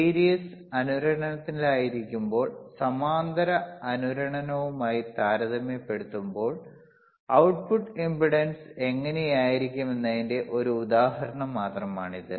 series അനുരണനത്തിലായിരിക്കുമ്പോൾ സമാന്തര അനുരണനവുമായി താരതമ്യപ്പെടുത്തുമ്പോൾ output ഇംപെഡൻസ് എങ്ങനെയായിരിക്കുമെന്നതിന്റെ ഒരു ഉദാഹരണം മാത്രമാണിത്